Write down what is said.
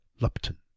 Lupton